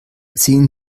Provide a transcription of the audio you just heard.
sehen